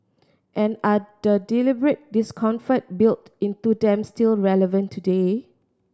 and are the deliberate discomfort built into them still relevant today